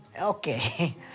Okay